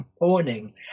morning